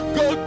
go